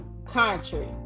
Country